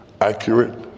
accurate